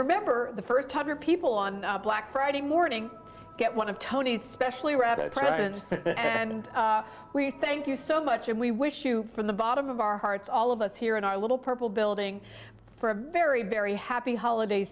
remember the first time your people on black friday morning get one of tony's specially rather presents and we thank you so much and we wish you from the bottom of our hearts all of us here in our little purple building for a very very happy holiday